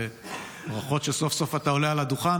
ברכות שסוף-סוף אתה עולה על הדוכן,